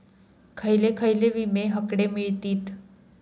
खयले खयले विमे हकडे मिळतीत?